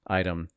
item